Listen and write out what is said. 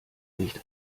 nicht